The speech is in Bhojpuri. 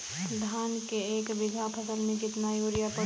धान के एक बिघा फसल मे कितना यूरिया पड़ी?